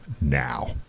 now